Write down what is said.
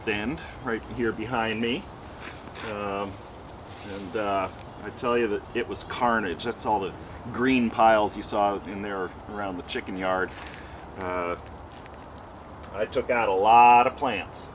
then right here behind me i tell you that it was carnage that's all the green piles you saw in there around the chicken yard i took out a lot of plants